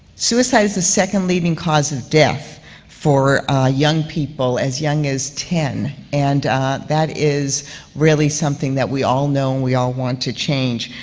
suicide is the second-leading cause of death for young people, as young as ten, and that is really something that we all know and we all want to change.